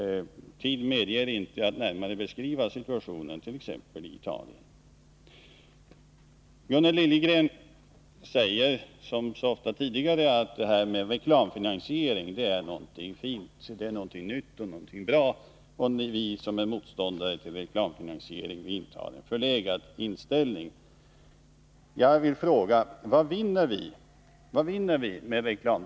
Tiden medger inte att jag närmare beskriver situationen t.ex. i Italien. Gunnel Liljegren säger som så ofta tidigare att detta med reklamfinansie ring är någonting fint, någonting nytt och någonting bra och att vi som är Nr 108 motståndare till reklamfinansiering intar en förlegad ståndpunkt. Torsdagen den Jag vill fråga: Vad vinner vi med reklam-TV, om vi nu går in för en sådan?